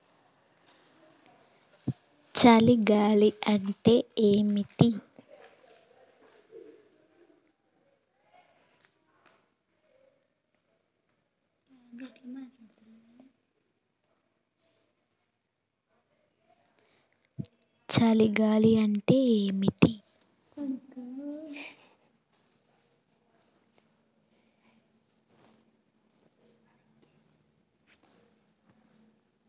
చలి గాలి అంటే ఏమిటి?